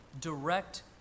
direct